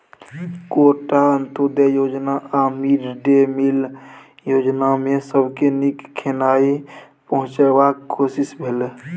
quota, अंत्योदय योजना आ मिड डे मिल योजनामे सबके नीक खेनाइ पहुँचेबाक कोशिश भेलै